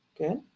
okay